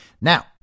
Now